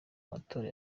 matora